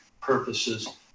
purposes